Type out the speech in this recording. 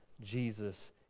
Jesus